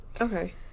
Okay